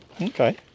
Okay